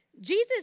Jesus